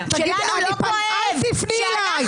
אל תפני אליי.